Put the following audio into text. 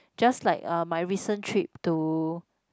just like uh my recent trip to